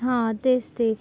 हां तेच ते